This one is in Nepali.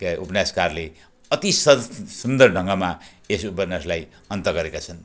के उपन्यासकारले अति सजक सुन्दर ढङ्गमा यस उपन्यासलाई अन्त गरेका छन्